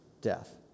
death